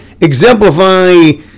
exemplify